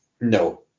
no